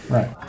Right